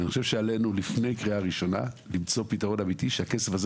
אני רק מבהיר שפה אין עוד כסף לקרן.